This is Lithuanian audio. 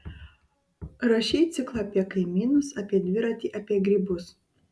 rašei ciklą apie kaimynus apie dviratį apie grybus